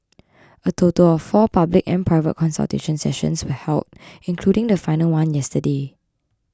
a total of four public and private consultation sessions were held including the final one yesterday